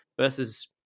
versus